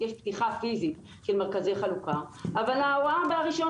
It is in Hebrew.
ש פתיחה פיסית של מרכזי חלוקה אבל ההוראה ברישיון